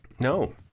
no